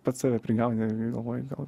pats save prigauni galvoji gal